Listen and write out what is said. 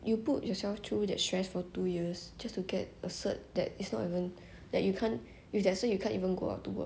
you put yourself through that stress for two years just to get a cert that it's not even that you can't with that cert you can't even go out to work